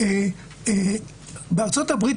בארצות הברית,